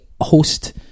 host